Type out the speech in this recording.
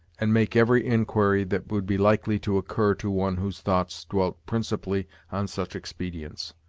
and make every inquiry that would be likely to occur to one whose thoughts dwelt principally on such expedients.